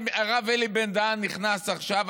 הרב אלי בן-דהן נכנס עכשיו,